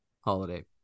Holiday